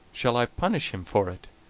shall i punish him for it?